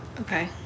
Okay